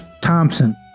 Thompson